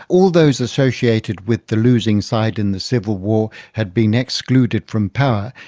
all those associated with the losing side in the civil war had been excluded from power,